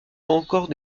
encore